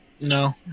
No